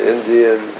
Indian